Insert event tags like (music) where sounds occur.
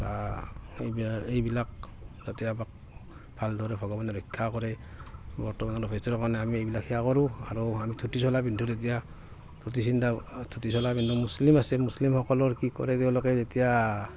বা এই এইবিলাক যাতে আমাক ভালদৰে ভগৱানে ৰক্ষা কৰে (unintelligible) সেৱা কৰো আৰু ধূতি চোলা পিন্ধো তেতিয়া ধূতি চিন্তা চোলা পিন্ধো মুছলিম আছে মুছলিমসকলৰ কি কৰে তেওঁলোকে যেতিয়া